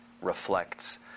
reflects